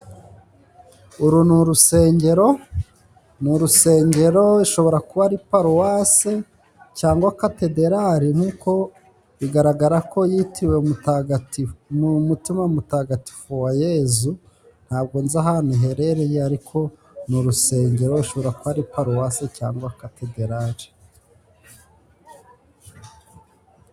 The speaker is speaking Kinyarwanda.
Uru ni urusengero, ishobora kuba ari paruwase, cyangwa katederali niko bigaragara ko yitiriwe Mutagatifu, ni umutima mutagatifu wa yezu, ntabwo nz'ahantu iherereye, ariko ni urusengero rushobora kuba ari paruwase cyangwa katedarali.